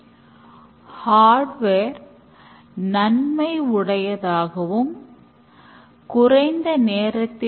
இந்த சொற்கள் வெளியிடகூடிய இன்கிரிமென்ட் ஆக வகைப்படுத்தபடுகின்றன